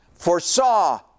foresaw